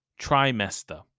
Trimester